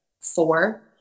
four